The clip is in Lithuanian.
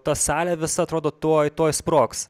ta salė visa atrodo tuoj tuoj sprogs